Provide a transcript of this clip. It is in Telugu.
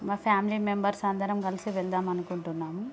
మా ఫ్యామిలీ మెంబర్స్ అందరం కలిసి వెళ్దాం అనుకుంటున్నాము